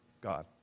God